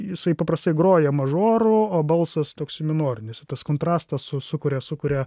jisai paprastai groja mažoru o balsas toks minorinis kontrastas su sukuria sukuria